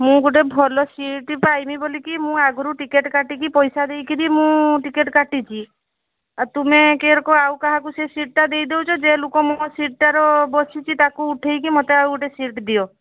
ମୁଁ ଗୋଟେ ଭଲ ସିଟ୍ ପାଇବି ବୋଲି କି ମୁଁ ଆଗରୁ ଟିକେଟ୍ କାଟିକି ପଇସା ଦେଇକରି ମୁଁ ଟିକେଟ୍ କାଟିଛି ଆଉ ତୁମେ ଆଉ କାହାକୁ ସେ ସିଟ୍ଟା ଦେଇ ଦେଉଛ ଯେ ଲୋକ ମୋ ସିଟ୍ଟାରେ ବସିଛି ତାକୁ ଉଠେଇକି ମୋତେ ଆଉ ଗୋଟେ ସିଟ୍ ଦିଅ